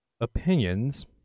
opinions